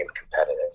competitive